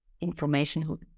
information